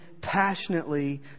passionately